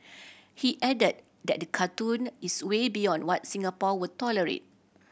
he added that cartoon is way beyond what Singapore will tolerate